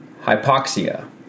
Hypoxia